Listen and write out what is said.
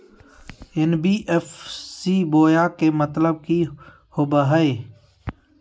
NBFC बोया के मतलब कि होवे हय?